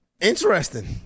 Interesting